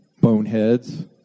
boneheads